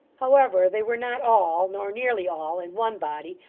however, they were not all, nor nearly all, in one body,